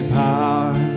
power